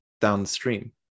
downstream